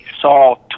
saw